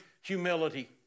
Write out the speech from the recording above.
humility